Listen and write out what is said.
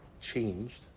changed